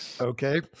Okay